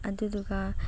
ꯑꯗꯨꯗꯨꯒ